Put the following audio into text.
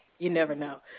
you never know.